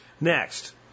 Next